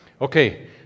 Okay